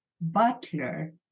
Butler